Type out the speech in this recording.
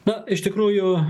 na iš tikrųjų